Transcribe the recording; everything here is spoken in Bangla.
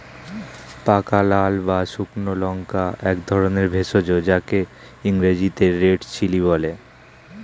পাকা লাল বা শুকনো লঙ্কা একধরনের ভেষজ যাকে ইংরেজিতে রেড চিলি বলে